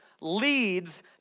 leads